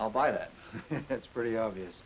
i'll buy that that's pretty obvious